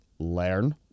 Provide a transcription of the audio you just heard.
learn